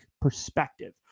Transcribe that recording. perspective